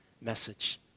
message